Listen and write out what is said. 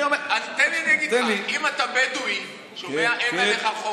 אם אתה בדואי, אין עליך חוק